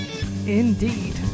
Indeed